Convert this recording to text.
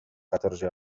catorze